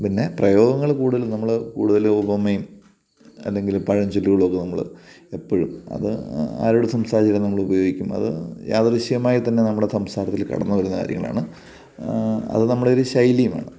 പിന്നെ പ്രയോഗങ്ങൾ കൂടുതലും നമ്മൾ കൂടുതലും ഉപമയും എന്തെങ്കിലും പഴഞ്ചൊല്ലുകളുമൊക്കെ നമ്മൾ എപ്പോഴും അത് ആരോട് സംസാരിച്ചാലും നമ്മളുപയോഗിക്കും അത് യാദൃശ്ചികമായി തന്നെ നമ്മുടെ സംസാരത്തിൽ കടന്ന് വരുന്ന കാര്യങ്ങളാണ് അത് നമ്മളെ ഒരു ശൈലിയുമാണ്